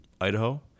Idaho